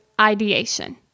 ideation